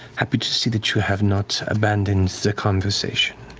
happy to see that you have not abandoned the conversation.